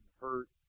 hurt